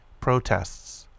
protests